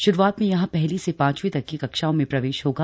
शुरुआत में यहां पहली से पांचवीं तक की कक्षाओं में प्रवेश होगा